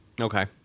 Okay